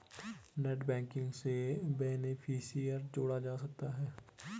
net banking से beneficiary जोड़ा जा सकता है